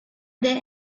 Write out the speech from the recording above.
they